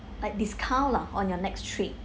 like discount lah on your next trip